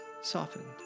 softened